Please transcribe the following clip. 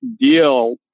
deal